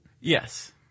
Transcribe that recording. Yes